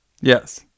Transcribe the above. yes